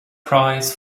price